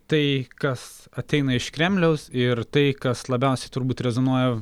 tai kas ateina iš kremliaus ir tai kas labiausiai turbūt rezonuoja